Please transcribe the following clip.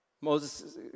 Moses